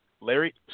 larry